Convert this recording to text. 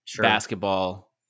basketball